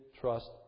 trust